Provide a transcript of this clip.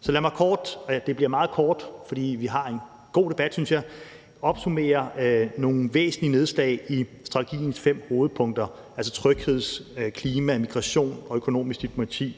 Så lad mig kort, og det bliver meget kort, for vi har en god debat, synes jeg, opsummere nogle væsentlige nedslag i strategiens fem hovedpunkter, altså tryghed, klima, integration, økonomisk diplomati